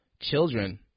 children